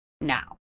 now